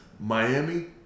Miami